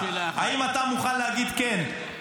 האם אתה מוכן להגיד: כן,